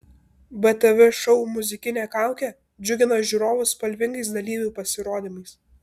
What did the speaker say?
btv šou muzikinė kaukė džiugina žiūrovus spalvingais dalyvių pasirodymais